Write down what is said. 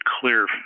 clear